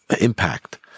impact